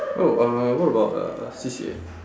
oh uh what about uh C_C_A